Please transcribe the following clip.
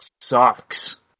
Sucks